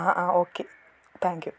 ആ ആ okay thank you